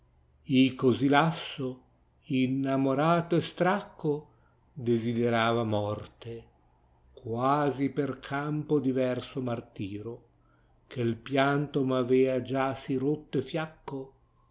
f così lasso innamoralo e stracco desiderava morte quasi per campo diverso martiro che il pianto m'avea già sì rotto e fiacco